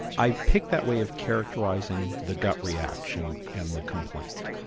i'd pick that way of characterising the gut reaction and the complaint,